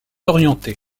orienté